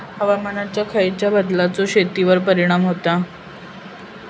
हवामानातल्या खयच्या बदलांचो शेतीवर परिणाम होता?